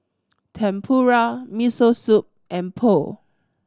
Tempura Miso Soup and Pho